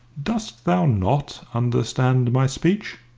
dost thou not understand my speech?